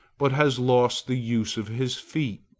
but has lost the use of his feet.